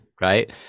right